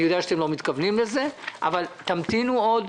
אני יודע שאתם לא מתכוונים לזה אבל תמתינו עוד,